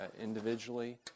individually